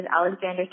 Alexander